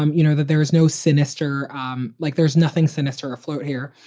um you know, that there is no sinister um like there's nothing sinister afloat here.